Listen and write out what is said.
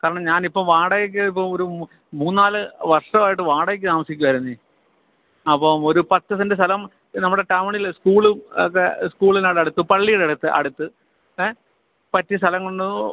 കാരണം ഞാനിപ്പോള് വാടകയ്ക്ക് ഇപ്പോള് ഒരു മൂന്നു നാല് വര്ഷമായിട്ട് വാടകയ്ക്ക് താമസിക്കുകയായിരുന്നു അപ്പോള് ഒരു പത്ത് സെന്റ് സ്ഥലം നമ്മുടെ ടൗണില് സ്കൂളും ഒക്കെ സ്കൂളിനോട് അടുത്ത് പള്ളിയുടെ അടുത്ത് അടുത്ത് ഏ പറ്റിയ സ്ഥലമുണ്ടോയെന്ന്